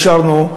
היום אישרנו,